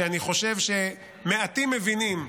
שאני חושב שמעטים מבינים,